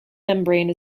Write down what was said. membrane